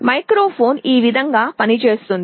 microphone ఈ విధంగా పనిచేస్తుంది